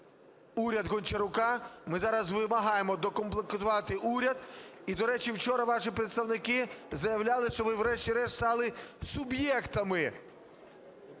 уряд Гончарука, ми зараз вимагаємо доукомплектувати уряд. І, до речі, вчора ваші представники заявляли, що ви врешті-решт стали суб'єктами